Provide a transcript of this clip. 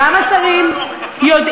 גם השרים יודעים,